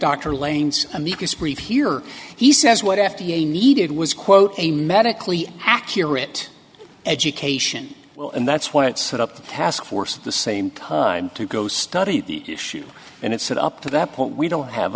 dr lane's amicus brief here he says what f d a needed was quote a medically accurate education will and that's why it set up the task force of the same time to go study the issue and it's it up to that point we don't have